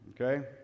Okay